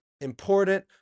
important